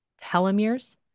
telomeres